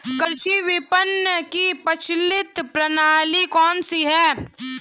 कृषि विपणन की प्रचलित प्रणाली कौन सी है?